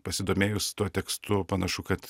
pasidomėjus tuo tekstu panašu kad